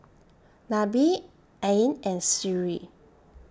Nabil Ain and Sri